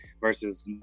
versus